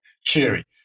cheery